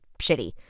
shitty